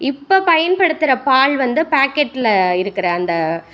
இப்போ பயன்படுத்துகிற பால் வந்து பாக்கெட்டில் இருக்கிற அந்த